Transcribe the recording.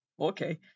Okay